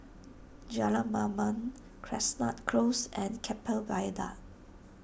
Jalan Mamam Chestnut Close and Keppel Viaduct